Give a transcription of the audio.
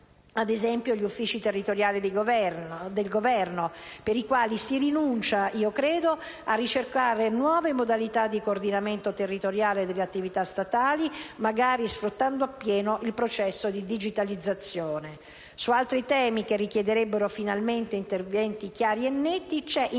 ad esempio, agli uffici territoriali del Governo, per i quali si rinuncia - io credo - a ricercare nuove modalità di coordinamento territoriale delle attività statali, magari sfruttando appieno il processo di digitalizzazione. Su altri temi che richiederebbero finalmente interventi chiari e netti c'è - mi permetto